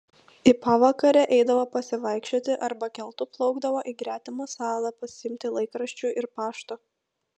į pavakarę eidavo pasivaikščioti arba keltu plaukdavo į gretimą salą pasiimti laikraščių ir pašto